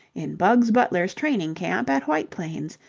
in bugs butler's training-camp at white plains,